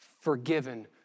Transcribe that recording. forgiven